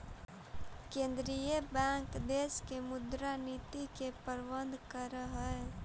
केंद्रीय बैंक देश के मुद्रा नीति के प्रबंधन करऽ हइ